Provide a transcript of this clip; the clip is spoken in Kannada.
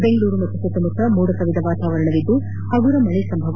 ಬೆಂಗಳೂರು ಸುತ್ತಮುತ್ತ ಮೋಡ ಕವಿದ ವಾತಾವರಣವಿದ್ದು ಹಗುರ ಮಳೆ ಸಂಭವ